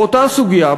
באותה סוגיה,